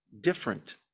different